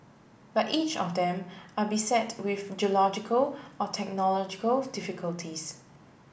but each of them are beset with geological or technological difficulties